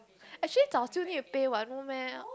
actually 早就: zao jiu still need to pay what no meh